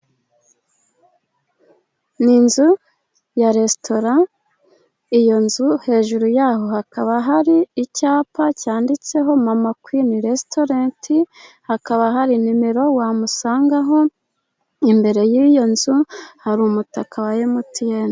Ni inzu ya resitora. Iyo nzu hejuru yaho hakaba hari icyapa cyanditseho "Mama Kwini Resitorenti." Hakaba hari nimero wamusangaho, imbere y’iyo nzu hari umutaka wa emutiyeni.